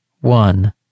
one